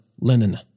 linen